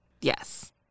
Yes